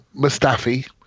Mustafi